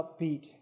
upbeat